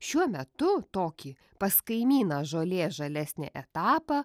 šiuo metu tokį pas kaimyną žolė žalesnė etapą